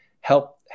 help